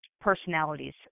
personalities